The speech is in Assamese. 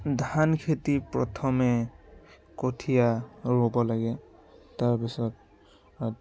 ধান খেতি প্ৰথমে কঠীয়া ৰুব লাগে তাৰ পাছত